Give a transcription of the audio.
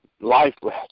lifeless